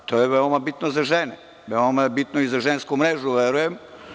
To je veoma bitno za žene, veoma je bitno i za Žensku mrežu, verujem.